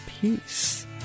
peace